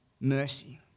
mercy